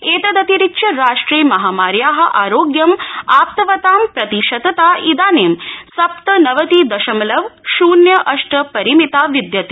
एत तिरिच्य राष्ट्रे महामार्या आरोग्यम् आप्तवतां प्रतिशतता इ ानीं सप्त नवति शमलव शून्य अष्ट परिमिता विदयते